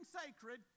sacred